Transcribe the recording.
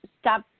stop